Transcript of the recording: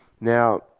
Now